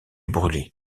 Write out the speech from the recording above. brûlé